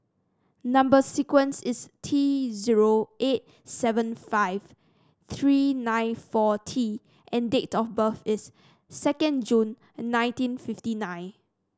number sequence is T zero eight seven five three nine four T and date of birth is second June nineteen fifty nine